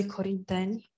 Corinthians